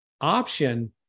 option